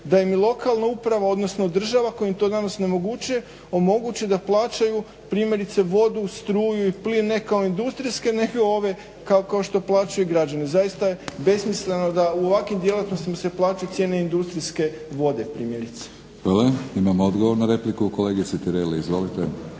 da im i lokalna uprava odnosno država koja im to danas onemogućuje, omogući da plaćaju primjerice vodu, struju i plin ne kao industrijske nego ove kao što plaćaju građani. Zaista je besmisleno da u ovakvim djelatnostima se plaćaju cijene industrijske vode primjerice. **Batinić, Milorad (HNS)** Hvala. Imamo odgovor na repliku. Kolegice Tireli, izvolite.